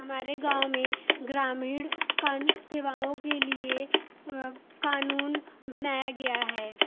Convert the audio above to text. हमारे गाँव में ग्रामीण सेवाओं के लिए कानून बनाया गया है